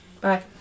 Bye